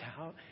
out